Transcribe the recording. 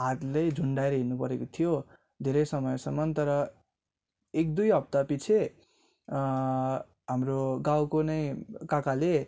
हातलाई झुन्डाएर हिँड्नु परको थियो धेरै समयसम्म तर एक दुई हप्तापछि हाम्रो गाउँको नै काकाले